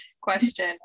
question